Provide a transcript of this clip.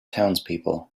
townspeople